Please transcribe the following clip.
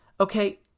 Okay